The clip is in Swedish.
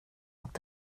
mot